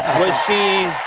was she